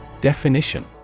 Definition